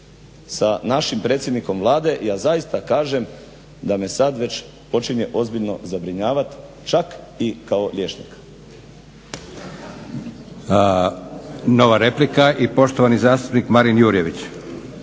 sa našim predsjednikom Vlade ja zaista kažem da me sada već počinje ozbiljno zabrinjavati čak i kao liječnika. **Leko, Josip (SDP)** Nova replika i poštovani zastupnik Marin Jurjević.